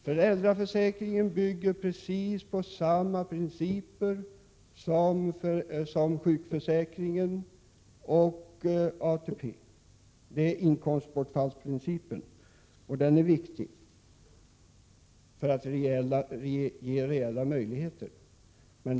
Föräldraförsäkringen bygger på precis samma princip som sjukförsäkringen och ATP, nämligen inkomstbortfallsprincipen. Den är viktig för att ge reella möjligheter.